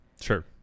sure